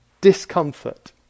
discomfort